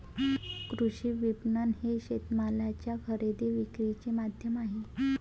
कृषी विपणन हे शेतमालाच्या खरेदी विक्रीचे माध्यम आहे